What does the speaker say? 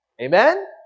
amen